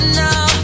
now